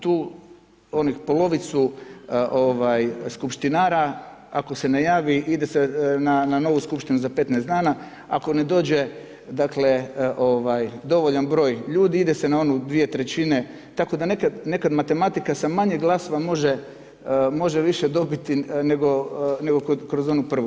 Tu onih polovicu skupštinara ako se ne javi, ide se na novu skupštinu za 15 dana, ako ne dođe dakle dovoljan broj ljudi, ide se na onu 2/3, tako nekad matematika sa manje glasova može više dobiti nego kroz onu prvu.